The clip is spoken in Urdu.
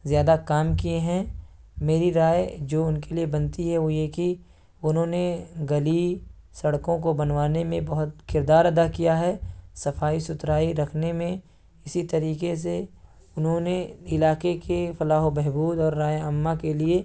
زیادہ کام کیے ہیں میری رائے جو ان کے لیے بنتی ہے وہ یہ ہے کہ انہوں نے گلی سڑکوں کو بنوانے میں بہت کردار ادا کیا ہے صفائی ستھرائی رکھنے میں اسی طریقے سے انہوں نے علاقے کے فلاح و بہبود اور رائے عامہ کے لیے